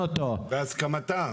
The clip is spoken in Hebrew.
אחת מצפון ואחת מדרום?